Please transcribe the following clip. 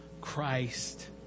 Christ